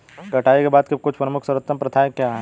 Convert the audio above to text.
कटाई के बाद की कुछ प्रमुख सर्वोत्तम प्रथाएं क्या हैं?